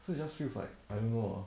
so it just feels like I don't know ah